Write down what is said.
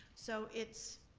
so it's,